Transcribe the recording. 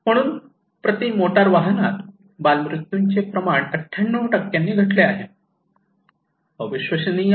म्हणून प्रति मोटार वाहनात बाल मृत्यू मृत्यूचे प्रमाण 98 ने घटले आहे अविश्वसनीय